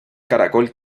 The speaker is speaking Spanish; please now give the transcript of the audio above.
caracol